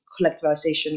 collectivization